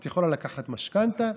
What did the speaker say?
את יכולה לקחת משכנתה,